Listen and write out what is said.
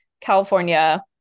California